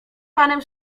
panem